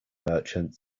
merchant